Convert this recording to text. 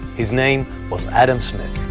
his name was adam smith.